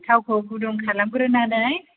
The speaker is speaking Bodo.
थावखौ गुदुं खालामग्रोनानै